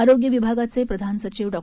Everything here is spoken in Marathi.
आरोग्य विभागाचे प्रधान सचिव डॉ